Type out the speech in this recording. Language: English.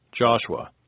Joshua